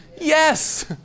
Yes